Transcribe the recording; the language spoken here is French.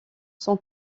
son